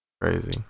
crazy